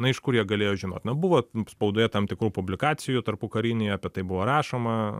na iš kur jie galėjo žinot na buvo spaudoje tam tikrų publikacijų tarpukarinėj apie tai buvo rašoma